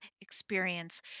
experience